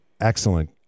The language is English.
excellent